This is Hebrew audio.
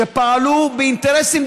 שפעלו באינטרסים,